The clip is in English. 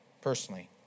personally